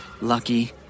Lucky